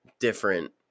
different